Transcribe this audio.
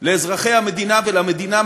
לאזרחי המדינה ולמדינה,